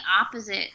opposite